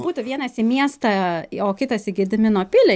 būtų vienas į miestą o kitas į gedimino pilį